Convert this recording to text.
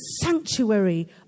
sanctuary